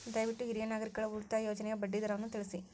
ದಯವಿಟ್ಟು ಹಿರಿಯ ನಾಗರಿಕರ ಉಳಿತಾಯ ಯೋಜನೆಯ ಬಡ್ಡಿ ದರವನ್ನು ತಿಳಿಸಿ